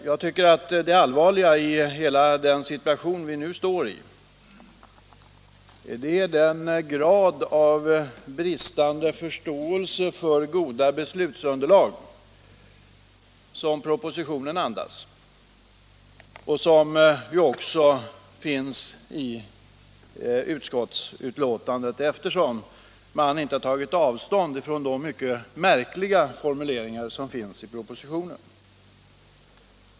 Jag tycker att det allvarliga i hela den situation vi nu befinner oss i är den bristande förståelse för goda beslutsunderlag som propositionen andas och som ju också finns i utskottsbetänkandet, eftersom man inte där tagit avstånd från de mycket märkliga formuleringar som finns i propositionen.